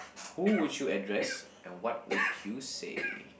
who would you address and what would you say